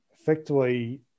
effectively